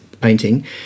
painting